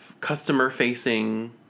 customer-facing